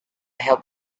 help